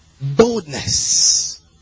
Boldness